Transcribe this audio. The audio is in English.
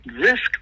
risk